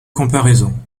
comparaisons